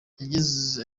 kugeza